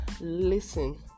listen